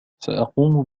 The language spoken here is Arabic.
سأقوم